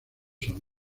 son